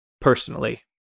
personally